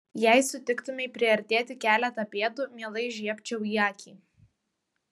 jei sutiktumei priartėti keletą pėdų mielai žiebčiau į akį